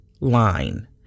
line